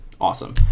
Awesome